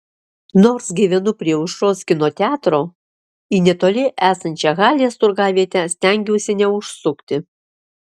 nors gyvenu prie aušros kino teatro į netoli esančią halės turgavietę stengiuosi neužsukti